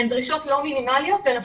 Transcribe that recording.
הן דרישות לא מינימליות.